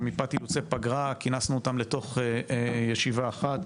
ומפאת אילוצי פגרה כינסנו אותם לתוך ישיבה אחת.